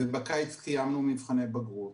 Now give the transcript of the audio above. ובקיץ סיימנו מבחני בגרות.